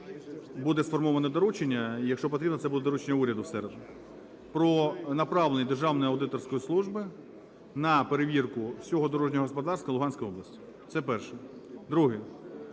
буде сформоване доручення, і якщо потрібно, це буде доручення уряду в середу, про направлення Державної аудиторської служби на перевірку всього дорожнього господарства Луганської області. Це перше. Друге.